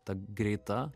ta greita